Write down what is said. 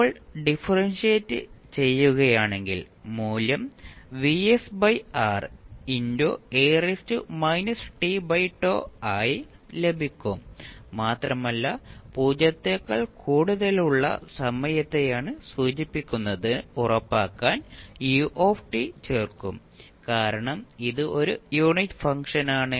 ഇപ്പോൾ ഡിഫറെൻഷിയേറ്റ് ചെയ്യുകയാണെങ്കിൽ മൂല്യം ആയി ലഭിക്കും മാത്രമല്ല പൂജ്യത്തേക്കാൾ കൂടുതലുള്ള സമയത്തെയാണ് സൂചിപ്പിക്കുന്നതെന്ന് ഉറപ്പാക്കാൻ u ചേർക്കും കാരണം ഇത് ഒരു യൂണിറ്റ് ഫംഗ്ഷനാണ്